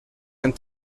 and